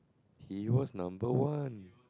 he was number one